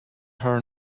her